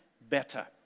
better